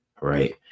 right